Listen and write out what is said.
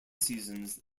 seasons